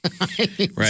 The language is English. Right